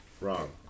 Wrong